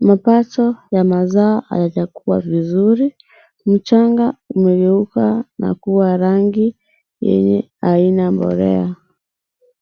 mapato yanazaa hayajakuwa vizuri, mchanga umegeuka na kuwa rangi yenye haina mbolea.